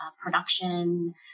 production